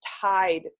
tied